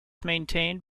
maintained